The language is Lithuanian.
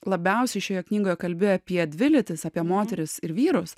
labiausiai šioje knygoje kalbi apie dvi lytis apie moteris ir vyrus